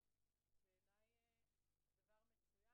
בעיניי זה מצוין.